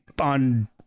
on